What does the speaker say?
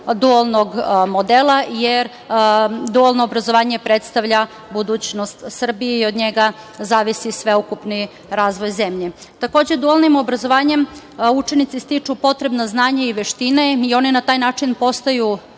dualnog modela, jer dualno obrazovanje predstavlja budućnost Srbije i od njega zavisi sveukupni razvoj zemlje. Takođe, dualnim obrazovanjem učenici stiču potrebna znanja i veštine i oni na taj način postaju